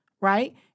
Right